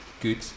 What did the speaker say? good